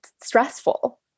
stressful